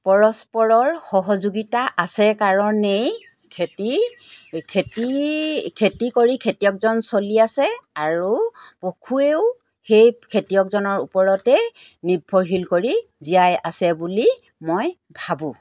পৰস্পৰৰ সহযোগিতা আছে কাৰণেই খেতি খেতি খেতি কৰি খেতিয়কজন চলি আছে আৰু পশুৱেও সেই খেতিয়কজনৰ ওপৰতে নিৰ্ভৰশীল কৰি জীয়াই আছে বুলি মই ভাবোঁ